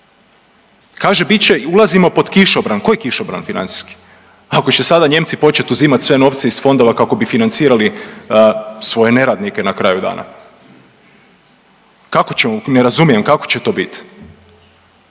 Kaže bit će i ulazimo pod kišobran. Koji kišobran financijski, ako će sada Nijemci počet uzimat sve novce iz fondova kako bi financirali svoje neradnike na kraju dana? Ne razumijem, kako će to bit?